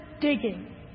digging